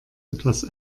etwas